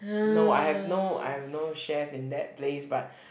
no I have no I have no shares in that place but